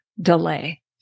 delay